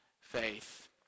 faith